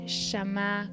shama